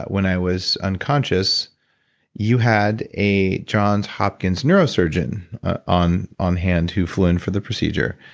when i was unconscious you had a johns hopkins neurosurgeon on on hand who flew in for the procedure.